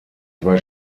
zwei